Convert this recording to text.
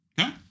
Okay